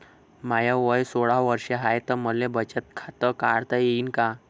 माय वय सोळा वर्ष हाय त मले बचत खात काढता येईन का?